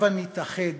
הבה נתאחד